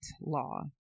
law